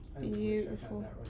Beautiful